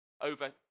over